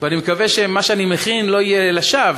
ואני מקווה שמה שאני מכין לא יהיה לשווא,